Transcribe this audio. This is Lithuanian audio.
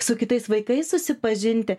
su kitais vaikais susipažinti